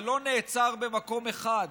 זה לא נעצר במקום אחד,